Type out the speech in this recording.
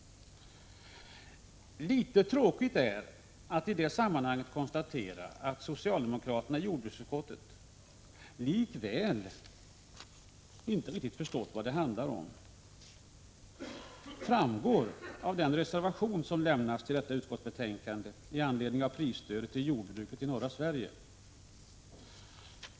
Litet tråkigt är att i det sammanhanget konstatera att socialdemokraterna i jordbruksutskottet likväl inte riktigt har förstått vad det handlade om. Det framgår av den reservation som lämnades till detta betänkande i anledning av prisstödet till jordbruket i norra Sverige.